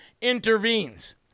intervenes